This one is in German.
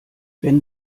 wenn